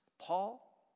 Paul